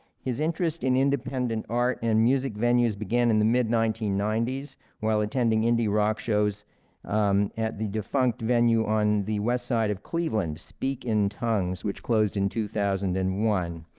his interest in independent art and music venues began in the mid nineteen ninety s while attending indie rock shows at the defunct venue on the west side of cleveland, speak in tongues, which closed in two thousand and one.